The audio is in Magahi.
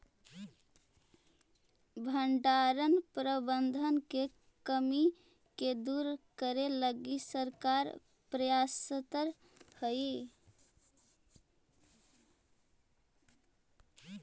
भण्डारण प्रबंधन के कमी के दूर करे लगी सरकार प्रयासतर हइ